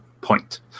Point